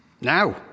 Now